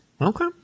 Okay